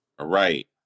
right